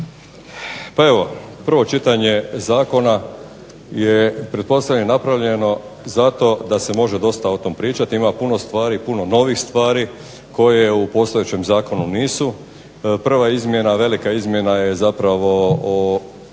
Pa evo prvo čitanje zakona je pretpostavljam i napravljeno zato da se može dosta o tom pričati. Ima puno stvari, puno novih stvari koje u postojećem zakonu nisu. Prva izmjena, velika izmjena je zapravo o